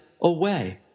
away